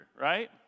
right